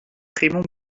raymond